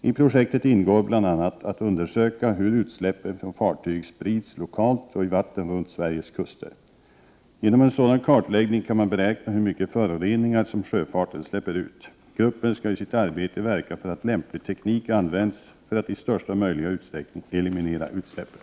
I projektet ingår bl.a. att undersöka hur utsläppen från fartyg sprids lokalt och i vattnen runt Sveriges kuster. Genom en sådan kartläggning kan man beräkna hur mycket föroreningar som sjöfarten släpper ut. Gruppen skall i sitt arbete verka för att lämplig teknik används för att i största möjliga utsträckning eliminera utsläppen.